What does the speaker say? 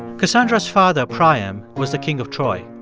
cassandra's father, priam, was the king of troy.